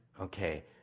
Okay